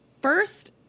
first